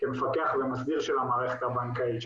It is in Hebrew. כמפקח ומסדיר של המערכת הבנקאית,